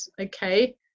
okay